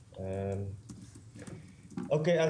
אוקיי,